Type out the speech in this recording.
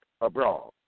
abroad